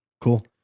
Cool